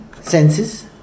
senses